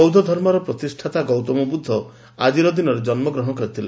ବୌଦ୍ଧଧର୍ମର ପ୍ରତିଷ୍ଠାତା ଗୌତମ ବୁଦ୍ଧ ଆକିର ଦିନରେ ଜନ୍କଗ୍ରହଣ କରିଥିଲେ